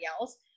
else